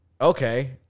okay